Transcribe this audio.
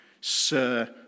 Sir